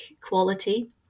quality